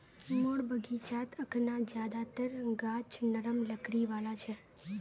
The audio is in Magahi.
मोर बगीचात अखना ज्यादातर गाछ नरम लकड़ी वाला छ